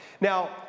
Now